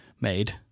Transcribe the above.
made